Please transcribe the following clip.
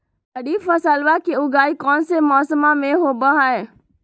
खरीफ फसलवा के उगाई कौन से मौसमा मे होवय है?